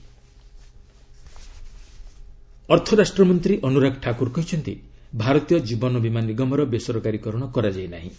LIC Thakur ଅର୍ଥରାଷ୍ଟ୍ରମନ୍ତ୍ରୀ ଅନୁରାଗ ଠାକୁର କହିଛନ୍ତି ଭାରତୀୟ କ୍ରୀବନ ବୀମା ନିଗମର ବେସରକାରୀ କରଣ କରାଯାଇ ନାହିଁ